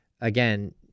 again